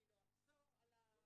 אני לא אחזור על הדברים,